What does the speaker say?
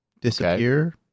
disappear